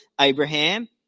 Abraham